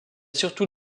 surtout